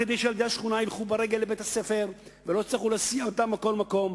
כדי שילדי השכונה ילכו ברגל לבית-הספר ולא יצטרכו להסיע אותם לכל מקום,